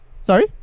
sorry